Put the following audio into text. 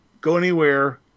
go-anywhere